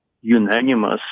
unanimous